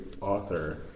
author